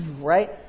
right